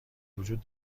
وجود